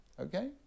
okay